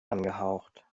angehaucht